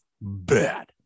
bad